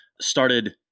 started